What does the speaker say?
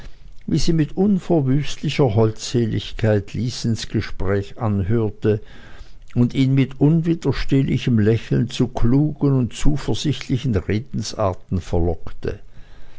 wie sie mit unverwüstlicher holdseligkeit lysens gespräch anhörte und ihn mit unwiderstehlichem lächeln zu klugen und zuversichtlichen redensarten verlockte